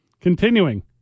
Continuing